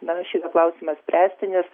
na šitą klausimą spręsti nes